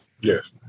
Yes